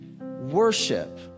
worship